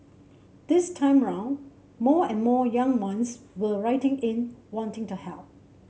this time round more and more young ones were writing in wanting to help